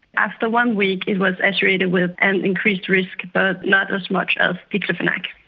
after one week it was associated with an increased risk but not as much as diclofenac.